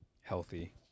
healthy